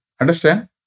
Understand